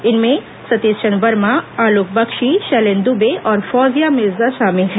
इनमें सतीश चंद्र वर्मा आलोक बख्शी शैलेंद्र दुबे और फौजिया मिर्जा शामिल हैं